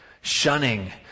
Shunning